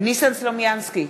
ניסן סלומינסקי,